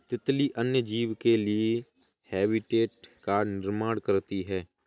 तितली अन्य जीव के लिए हैबिटेट का निर्माण करती है